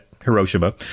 Hiroshima